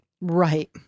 Right